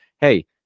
hey